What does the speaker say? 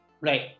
right